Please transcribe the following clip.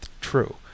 true